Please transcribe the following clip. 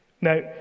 Now